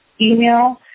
email